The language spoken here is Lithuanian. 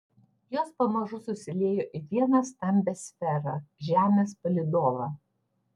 jos pamažu susiliejo į vieną stambią sferą žemės palydovą